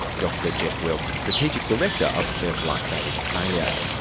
dr jeff wilks, strategic director of surf life saving australia.